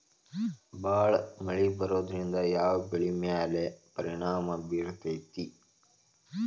ಭಾಳ ಮಳಿ ಬರೋದ್ರಿಂದ ಯಾವ್ ಬೆಳಿ ಮ್ಯಾಲ್ ಪರಿಣಾಮ ಬಿರತೇತಿ?